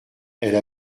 elle